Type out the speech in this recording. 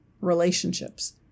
relationships